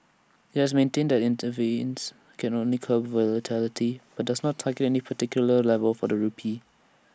IT has maintained that IT intervenes can only curb volatility but doesn't target any particular level for the rupee